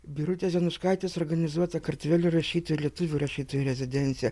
birutės jonuškaitės organizuota kartvelių rašytojų lietuvių rašytojų rezidencija